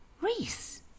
Reese